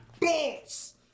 balls